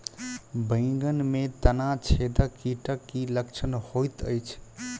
बैंगन मे तना छेदक कीटक की लक्षण होइत अछि?